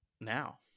now